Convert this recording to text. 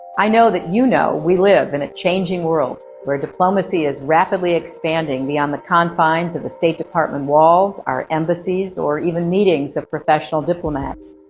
i know that you know we live in a changing world where diplomacy is rapidly expanding beyond the confines of the state department walls, our embassies or even meetings of professional diplomats.